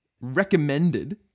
recommended